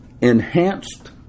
enhanced